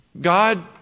God